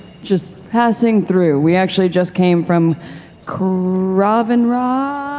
just passing through. we actually just came from kravinraad.